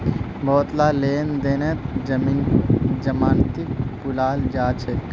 बहुतला लेन देनत जमानतीक बुलाल जा छेक